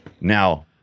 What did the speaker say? now